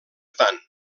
tant